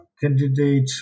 Candidate